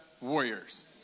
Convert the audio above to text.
Warriors